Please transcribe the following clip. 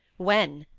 when?